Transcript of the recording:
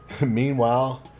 Meanwhile